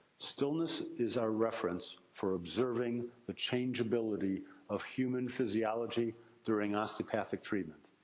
stillness is our reference for observing the changeability of human physiology during osteopathic treatment.